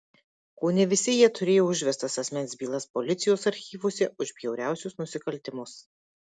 kone visi jie turėjo užvestas asmens bylas policijos archyvuose už bjauriausius nusikaltimus